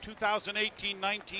2018-19